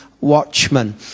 watchmen